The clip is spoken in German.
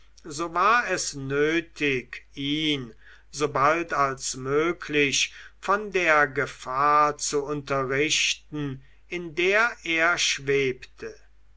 so war es nötig ihn so bald als möglich von der gefahr zu unterrichten in der er schwebte